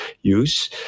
use